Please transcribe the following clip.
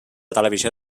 televisió